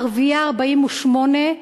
ערביי 48',